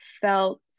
felt